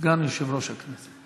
לרשותך, סגן יושב-ראש הכנסת.